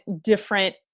different